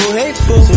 hateful